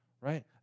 right